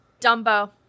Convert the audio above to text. Dumbo